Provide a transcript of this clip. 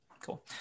Cool